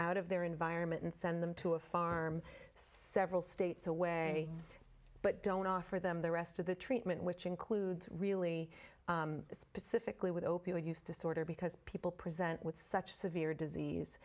out of their environment and send them to a farm several states away but don't offer them the rest of the treatment which includes really specifically with opiate use disorder because people present with such severe